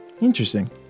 Interesting